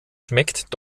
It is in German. schmeckt